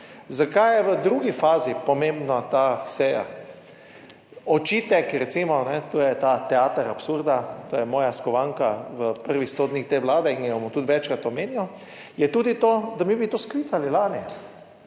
Zakaj je v drugi fazi pomembna ta seja? Očitek recimo, to je ta teater absurda, to je moja skovanka v prvih sto dni te vlade in jo bom tudi večkrat omenil, je tudi to, da mi bi to sklicali lani.